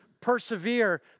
persevere